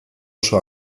oso